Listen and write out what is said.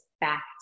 back